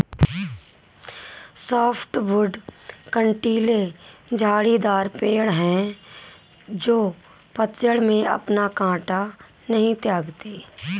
softwood कँटीले झाड़ीदार पेड़ हैं जो पतझड़ में अपना काँटा नहीं त्यागते